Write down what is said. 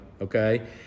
okay